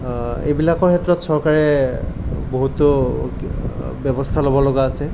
এইবিলাকৰ ক্ষেত্ৰত চৰকাৰে বহুতো ব্যৱস্থা ল'ব লগা আছে